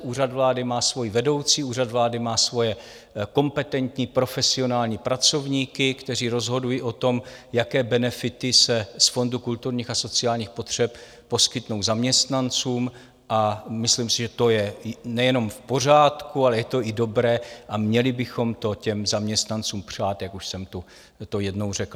Úřad vlády má svoji vedoucí, Úřad vlády má svoje kompetentní profesionální pracovníky, kteří rozhodují o tom, jaké benefity se z Fondu kulturních a sociálních potřeb poskytnou zaměstnancům, a myslím si, že to je nejenom v pořádku, ale je to i dobré a měli bychom to těm zaměstnancům přát, jak už jsem to jednou řekl.